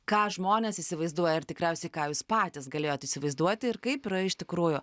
ką žmonės įsivaizduoja ir tikriausiai ką jūs patys galėjot įsivaizduoti ir kaip yra iš tikrųjų